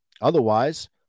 otherwise